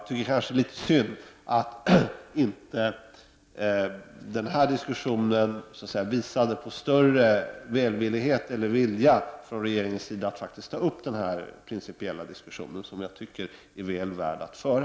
Det är litet synd att den här debatten inte har visat större vilja från regeringens sida att ta upp den principiella diskussionen, som, enligt min mening, är väl värd att föra.